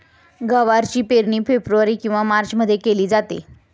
गवारची पेरणी फेब्रुवारी किंवा मार्चमध्ये केली जाते